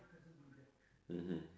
mmhmm